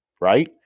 right